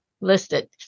listed